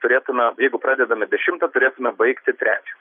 turėtume jeigu pradedame dešimtą turėtume baigti trečią